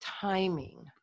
timing